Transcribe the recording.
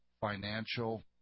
financial